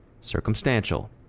circumstantial